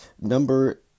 number